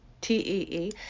T-E-E